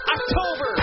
October